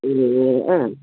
ए अँ